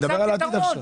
אני אדבר על העתיד עכשיו.